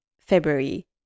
February